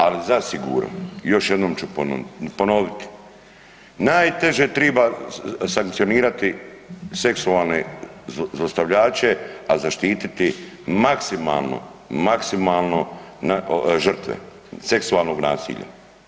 Ali zasigurno, još jednom ću ponoviti, najteže treba sankcionirati seksualne zlostavljače, a zaštititi maksimalno žrtve seksualnog nasilja.